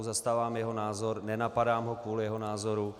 Zastávám jeho názor, nenapadám ho kvůli jeho názoru.